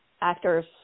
actors